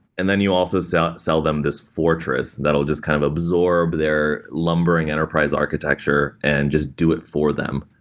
and then you also sell sell them this fortress that will just kind of absorb their lumbering enterprise architecture and just do it for them,